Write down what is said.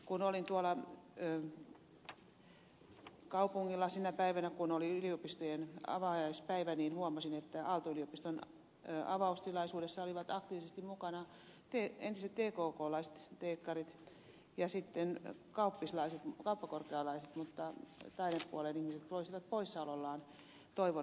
kun olin kaupungilla sinä päivänä kun oli yliopistojen avajaispäivä niin huomasin että aalto yliopiston avajaistilaisuudessa olivat aktiivisesti mukana entiset tkklaiset teekkarit ja sitten kauppakorkealaiset mutta taidepuolen ihmiset loistivat poissaolollaan